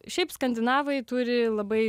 šiaip skandinavai turi labai